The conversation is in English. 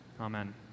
Amen